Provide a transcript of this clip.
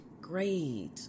Great